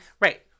Right